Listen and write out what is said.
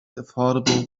affordable